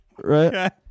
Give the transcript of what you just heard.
right